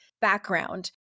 background